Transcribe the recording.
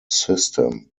system